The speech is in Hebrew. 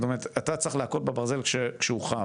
זאת אומרת אתה צריך להכות בברזל כשהוא חם,